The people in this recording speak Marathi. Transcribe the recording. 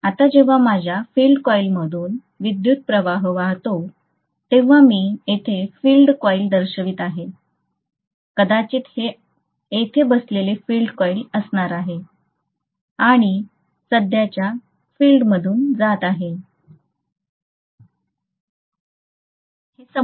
आता जेव्हा माझ्या फील्ड कॉइलमधून विद्युतप्रवाह वाहतो तेव्हा मी येथे फील्ड कॉइल दर्शवितो कदाचित हे येथे बसलेले फील्ड कॉइल असणार आहे आणि सध्याच्या फील्डमधून जात आहे